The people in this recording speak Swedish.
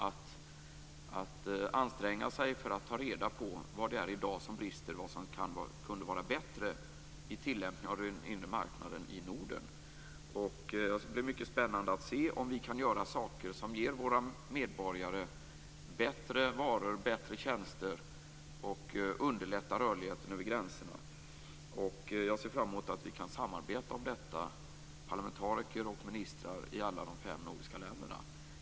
Det gick ut på att anstränga sig för att ta reda på vad som brister i dag och vad som skulle kunna vara bättre i tillämpningen av den inre marknaden i Norden. Det skall bli mycket spännande att se om vi kan göra något som ger våra medborgare bättre varor och tjänster och som underlättar rörligheten över gränserna. Jag ser fram emot att vi skall kunna samarbeta om detta, vi parlamentariker och ministrar i alla de fem nordiska länderna.